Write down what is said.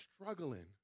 struggling